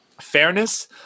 fairness